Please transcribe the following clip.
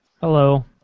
Hello